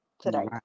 today